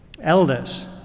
elders